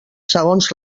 segons